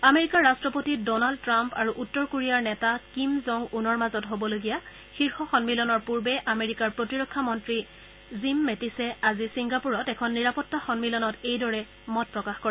আমেৰিকাৰ ৰাট্টপতি Donald Trump আৰু উত্তৰ কোৰিয়াৰ নেতা কিম জং উনৰ মাজত হবলগীয়া শীৰ্ষ সন্মিলনৰ পূৰ্বে আমেৰিকাৰ প্ৰতিৰক্ষা মন্ত্ৰী জিম মেটিছে আজি ছিংগাপুৰত এখন নিৰাপতা সন্মিলনত এইদৰে মত প্ৰকাশ কৰে